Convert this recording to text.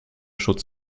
schutz